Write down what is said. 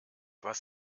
was